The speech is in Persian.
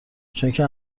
چونکه